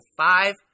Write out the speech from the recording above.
five